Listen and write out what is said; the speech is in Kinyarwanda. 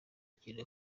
kintu